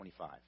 25